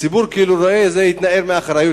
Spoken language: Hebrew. הציבור רואה בזה התנערות מאחריות.